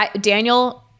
Daniel